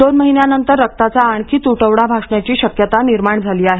दोन महिन्यानंतर रक्ताचा आणखी तुटवडा भासण्याची शक्यता निर्माण झाली आहे